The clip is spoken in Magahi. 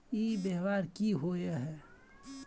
ई व्यापार की होय है?